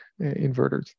inverters